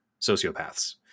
sociopaths